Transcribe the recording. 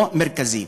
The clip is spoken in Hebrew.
לא מרכזי.